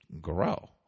grow